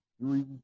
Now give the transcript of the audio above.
three